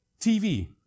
TV